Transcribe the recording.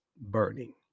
burning